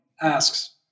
asks